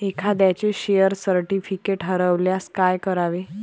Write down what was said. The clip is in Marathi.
एखाद्याचे शेअर सर्टिफिकेट हरवल्यास काय करावे?